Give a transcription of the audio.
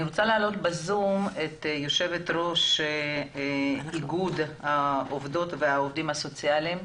אני רוצה להעלות בזום את יושבת-ראש איגוד העובדות והעובדים הסוציאליים,